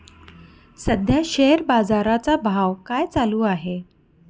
सध्या शेअर बाजारा चा भाव काय चालू आहे?